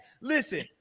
listen